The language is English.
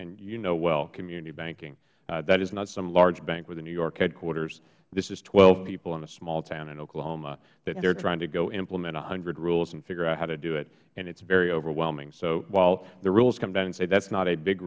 and you know well community banking that is not some large bank with a new york headquarters this is twelve people in a small town in oklahoma that they're trying to go implement a hundred rules and figure out how to do it and it's very overwhelming so while the rules come down and say that's not a big